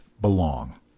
belong